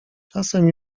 czasem